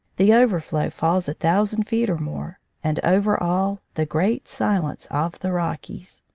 the overflow falls a thousand feet or more, and over all the great silence of the rockies!